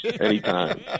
anytime